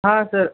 हा सर